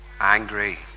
angry